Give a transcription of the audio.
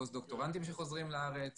לפוסט דוקטורנטים שחוזרים לארץ